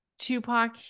tupac